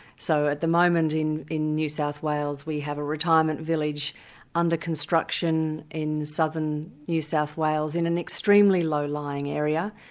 so at the moment in in new south wales, we have a retirement village under construction in southern new south wales, in an extremely low-lying area.